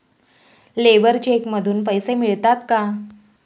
Labour cheque मधून पैसे मिळतात का?